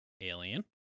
Alien